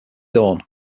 dawn